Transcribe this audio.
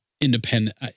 independent